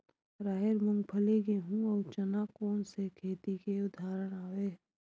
राहेर, मूंगफली, गेहूं, अउ चना कोन सा खेती के उदाहरण आवे?